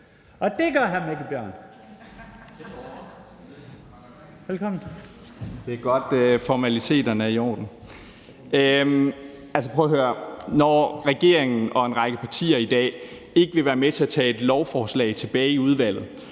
(Ordfører) Mikkel Bjørn (DF): Det er godt, at formaliteterne er i orden. Hør nu her; når regeringen og en række partier her i dag ikke vil være med til at sende et lovforslag tilbage til udvalget,